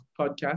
podcast